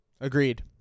agreed